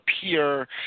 appear